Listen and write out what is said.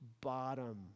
bottom